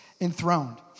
enthroned